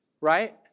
Right